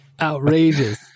Outrageous